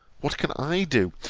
what can i do?